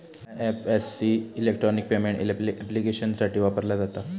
IFSC electronic payment ऍप्लिकेशन्ससाठी वापरला जाता